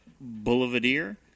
Boulevardier